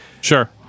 Sure